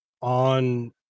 on